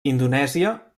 indonèsia